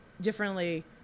differently